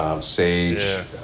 Sage